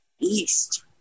East